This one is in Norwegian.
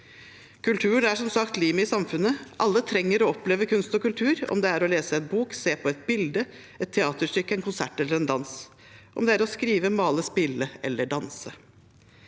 Kulturen er som sagt limet i samfunnet. Alle trenger å oppleve kunst og kultur, om det er å lese en bok, se på et bilde, et teaterstykke, en konsert eller en dans, om det er å skrive, male, spille eller danse.